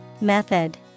Method